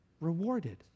rewarded